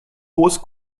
hohes